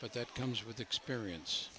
but that comes with experience